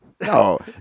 No